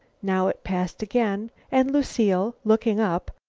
now it passed again, and lucile, looking up,